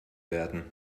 werden